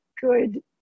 good